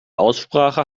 aussprache